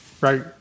Right